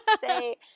say